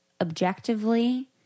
objectively